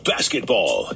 Basketball